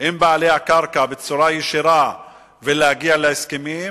עם בעלי הקרקע ובצורה ישירה כדי להגיע להסכמים,